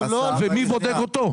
ומי בודק אותו?